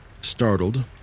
Startled